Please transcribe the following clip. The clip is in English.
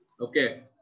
Okay